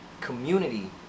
community